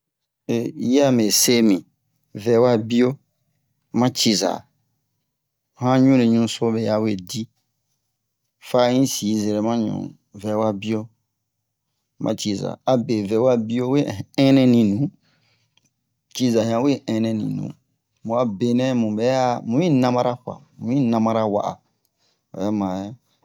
yi'a me se mi vɛwa bio ma ciza an ɲure ɲu so mɛya we di fa un si zerema ɲu vɛwa bio ma ciza a be vɛwa bio we ɛnɛni nu ciza yan we ɛnɛni nu mu'a benɛ mu bɛ a mu mi namara kuwa mu mi namara wa'a o bɛ mare